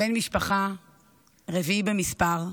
בן משפחה רביעי במספר.